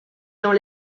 dans